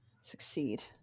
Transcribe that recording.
succeed